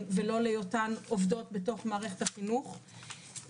ולא להיותן עובדות בתוך מערכת החינוך.